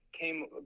came